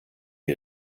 die